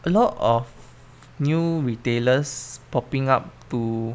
a lot of new retailers popping up to